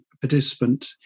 participant